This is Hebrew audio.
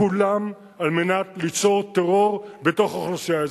כולן על מנת ליצור טרור בתוך אוכלוסייה אזרחית.